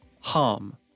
harm